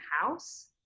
house